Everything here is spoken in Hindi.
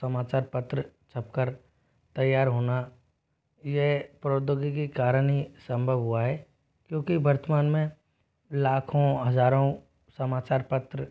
समाचार पत्र छपकर तैयार होना यह प्रौद्योगिकी कारण ही संभव हुआ है क्योंकि वर्तमान में लाखों हजारों समाचार पत्र